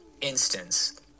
instance